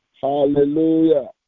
Hallelujah